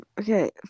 okay